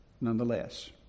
nonetheless